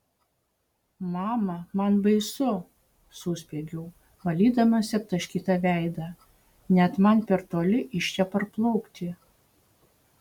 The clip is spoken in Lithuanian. mama man baisu suspiegiau valydamasi aptaškytą veidą net man per toli iš čia parplaukti